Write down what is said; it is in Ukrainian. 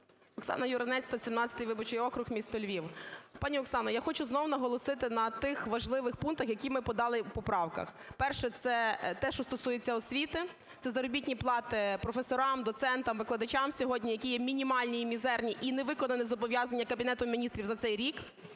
Оксана Юринець, 117 виборчий округ, місто Львів. Пані Оксано, я хочу знову наголосити на тих важливих пунктах, які ми подали в поправках. Перше – це те, що стосується освіти: це заробітні плати професорам, доцентам, викладачам сьогодні, які є мінімальні і мізерні, і не виконані зобов'язання Кабінету Міністрів за цей рік,